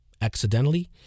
accidentally